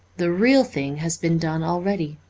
the real thing has been done already,